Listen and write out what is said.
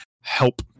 help